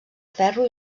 ferro